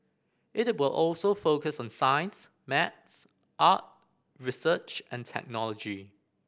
it will also focus on science maths art research and technology